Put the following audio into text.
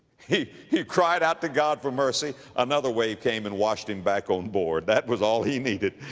he, he cried out to god for mercy. another wave came and washed him back on board. that was all he needed.